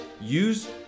Use